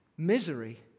Misery